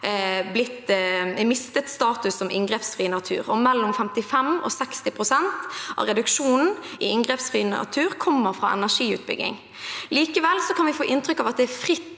mistet status som inngrepsfri natur, og mellom 55–60 pst. av reduksjonen i inngrepsfri natur kommer fra energiutbygging. Likevel kan vi få inntrykk av at det er fritt